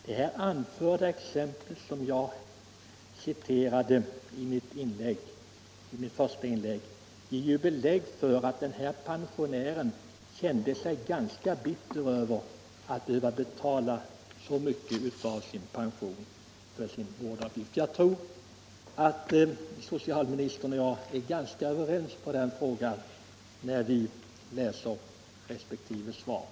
Det exempel jag anförde i mitt första inlägg visar att den pensionär det där gällde känner sig ganska bitter över att behöva betala så mycket av sin pension för vården. Jag tror att socialministern och jag skall finna att vi är ganska överens i den här frågan när vi läser resp. inlägg.